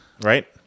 right